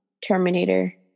Terminator